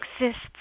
exists